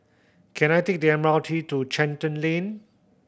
can I take the M R T to Charlton Lane